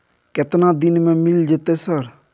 केतना दिन में मिल जयते सर?